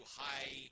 high